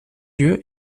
lieu